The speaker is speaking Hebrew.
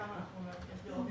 את זה נעדכן.